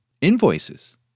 invoices